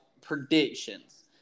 predictions